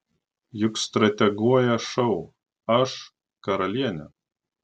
juk strateguoja šou aš karalienė